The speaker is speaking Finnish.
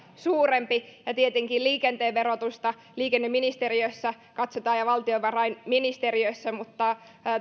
suurempi ja tietenkin liikenteen verotusta liikenneministeriössä katsotaan ja valtiovarainministeriössä mutta